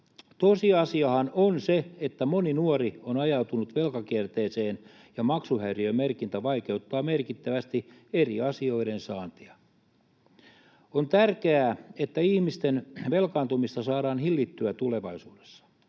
Tosiasiahan on se, että moni nuori on ajautunut velkakierteeseen ja maksuhäiriömerkintä vaikeuttaa merkittävästi eri asioiden saantia. On tärkeää, että ihmisten velkaantumista saadaan hillittyä tulevaisuudessa.